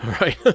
right